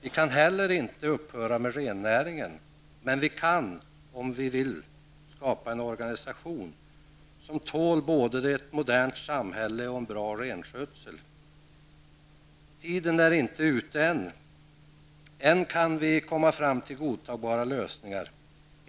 Vi kan heller inte upphöra med rennäringen, men vi kan, om vi vill, skapa en organisation, som tål både ett modernt samhälle och en bra renskötsel. Tiden är inte ute ännu. Än kan vi komma fram till godtagbara lösningar.